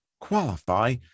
qualify